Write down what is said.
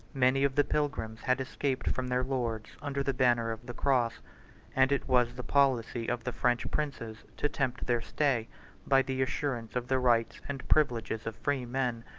many of the pilgrims had escaped from their lords under the banner of the cross and it was the policy of the french princes to tempt their stay by the assurance of the rights and privileges of freemen.